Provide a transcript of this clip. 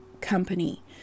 company